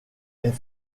est